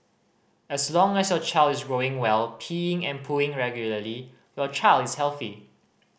as long as your child is growing well peeing and pooing regularly your child is healthy